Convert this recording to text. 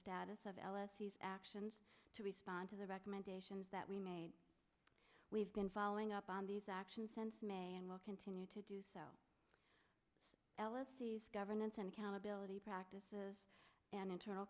status of l s e actions to respond to the recommendations that we made we've been following up on these actions since may and will continue to do so elysees governance and accountability practices and internal